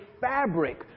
fabric